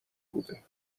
بوده